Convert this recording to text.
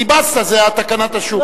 כי בסטה זה תקנת השוק.